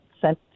sent